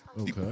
Okay